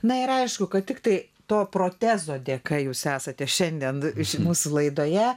na ir aišku kad tiktai to protezo dėka jūs esate šiandien ši mūsų laidoje